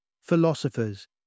philosophers